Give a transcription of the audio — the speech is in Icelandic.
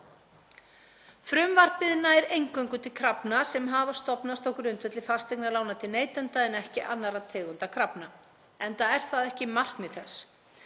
Frumvarpið nær eingöngu til krafna sem hafa stofnast á grundvelli fasteignalána til neytenda en ekki annarra tegunda krafna, enda er það ekki markmið þess.